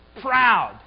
proud